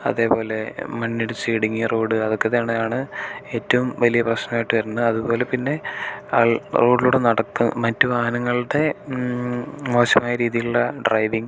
അതേപോലെ മണ്ണിടിച്ച് ഇടുങ്ങിയ റോഡ് അതൊക്കെത്തന്നെയാണ് ഏറ്റവും വലിയ പ്രശ്നമായിട്ട് വരുന്നത് അതുപോലെ പിന്നെ ആൾ റോഡിലൂടെ നടക്കു മറ്റു വാഹനങ്ങളുടെ മോശമായ രീതിയിലുള്ള ഡ്രൈവിംഗ്